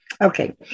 Okay